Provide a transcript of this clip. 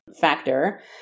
factor